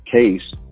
case